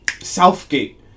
Southgate